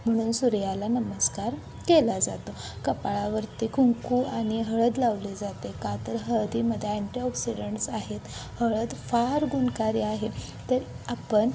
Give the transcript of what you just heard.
म्हणून सूर्याला नमस्कार केला जातो कपाळावरती कुंकू आणि हळद लावली जाते का तर हळदीमध्ये अँटीऑक्सिडंट्स आहेत हळद फार गुणकारी आहे तर आपण